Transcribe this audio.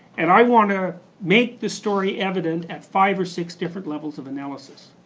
and i wanna make the story evident at five or six different levels of analysis.